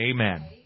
Amen